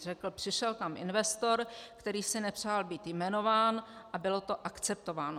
Řekl: Přišel tam investor, který si nepřál být jmenován, a bylo to akceptováno.